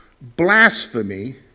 blasphemy